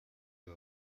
على